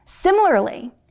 Similarly